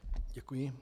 Děkuji.